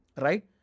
right